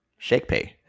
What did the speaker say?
ShakePay